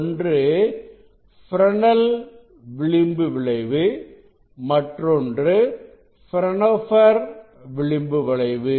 ஒன்று ஃப்ரெனெல் விளிம்பு விளைவு மற்றொன்று பிரான்ஹோபெர் விளிம்பு விளைவு